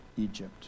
Egypt